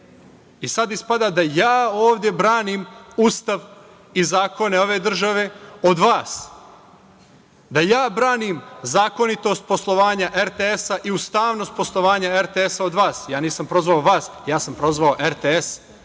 Sada ispada da ja ovde branim Ustav i zakone ove države od vas, da ja branim zakonitost poslovanja RTS i ustavnost poslovanja RTS od vas. Ja nisam prozvao vas ja sam prozvao RTS.